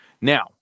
Now